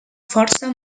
força